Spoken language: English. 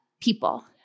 people